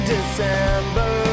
December